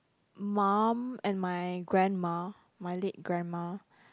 mum and my grandma my late grandma